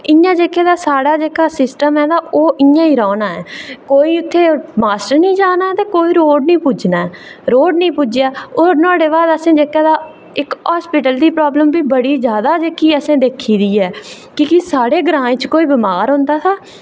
इं'या जेह्के तां साढ़ा जेह्का सिस्टम ऐ तां ओह् इं'या ई रौह्ना ऐ कोई उत्थें मास्टर निं जाना ते कोई उत्थें रोड़ निं पुज्जना ओह् नुहाड़े भाऽ दा असें जेह्का तां इक्क हॉस्पिटल दी प्रॉब्लम असें जेह्की तां असें दिक्खी दी ऐ की के साढ़े ग्राएं च कोई बमार होंदा था